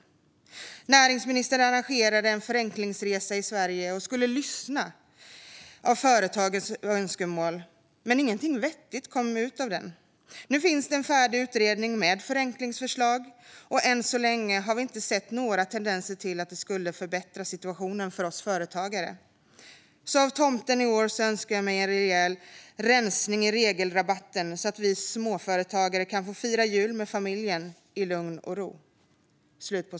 Vidare skriver hon: "Näringsministern arrangerade en förenklingsresa i Sverige och skulle lyssna av företagens önskemål, men ingenting vettigt kom ut av det. Nu finns det en färdig utredning med förenklingsförslag och än så länge har vi inte sett några tendenser till att det skulle förbättra situationen för oss företagare. Så av tomten i år önskar jag mig en rejäl rensning i regelrabatten, så att vi småföretagare kan få fira jul med familjen i lugn och ro."